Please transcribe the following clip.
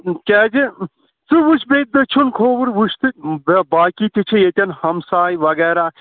کیٛازِ ژٕ وُچھ بیٚیہِ دٔچھُن کھووُر وُچھ تہٕ باقٕے تہِ چھِ ییٚتٮ۪ن ہمساے وغیرہ